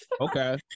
okay